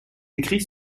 écrit